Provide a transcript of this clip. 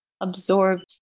absorbed